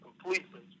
completely